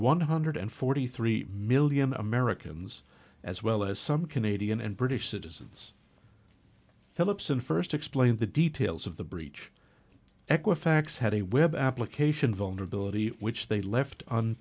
one hundred forty three million americans as well as some canadian and british citizens philipson first explained the details of the breach equifax had a web application vulnerability which they left